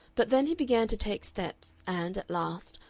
but then he began to take steps, and, at last,